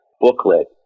booklet